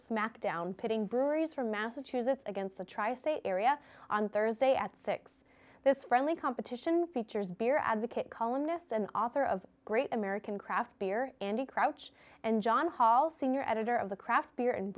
smack down pitting breweries from massachusetts against the tri state area on thursday at six this friendly competition features beer advocate columnist and author of great american craft beer and the crouch and john hall senior editor of the craft beer and